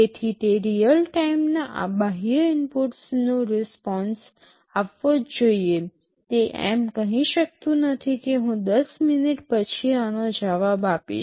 તેથી તે real time ના આ બાહ્ય ઇનપુટ્સનો રીસ્પોન્સ આપવો જ જોઇએ તે એમ કહી શકતું નથી કે હું ૧૦ મિનિટ પછી આનો જવાબ આપીશ